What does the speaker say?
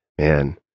Man